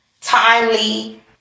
timely